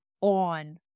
on